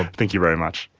and thank you very much.